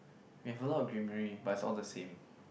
you have a lot of greenery but it's all the same